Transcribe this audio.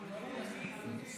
אין לי פה, סליחה.